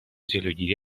جلوگیری